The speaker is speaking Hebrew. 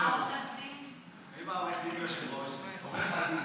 אם העורך דין יושב-ראש, עורך הדין.